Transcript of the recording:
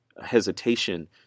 hesitation